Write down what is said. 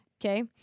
Okay